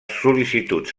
sol·licituds